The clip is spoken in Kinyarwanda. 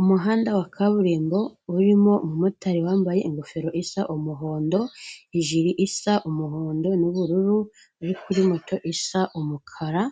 Umuhanda wa kaburimbo urimo umumotari wambaye ingofero isa umuhondo, ijili isa umuhondo n'ubururu uri kuri moto isa umukara,